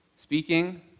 Speaking